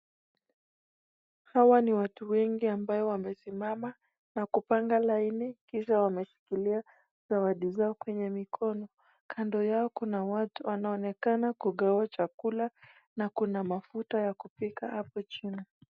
Hawa ni watu wengi ambayo wamesimama na kupanga laini kisha wameshikilia zawadi zao kwenye mikono. Kando yao kuna watu wanaonekana kugawa chakula na kuna mfuta ya kupika hapo chini.